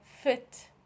fit